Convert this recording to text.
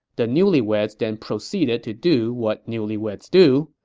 the newlyweds then proceeded to do what newlyweds do,